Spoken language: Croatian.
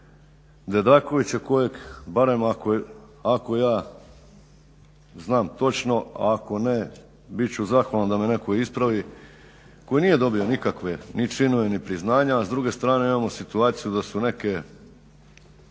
Dedakovića kojeg barem ako ja znam točno, a ako ne bit ću zahvalan da me netko ispravi koji nije dobio nikakve ni činove, ni priznanja. A s druge strane imamo situaciju da su neke